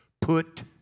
put